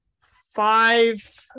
five